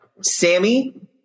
Sammy